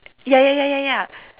ya ya ya ya ya